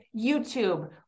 YouTube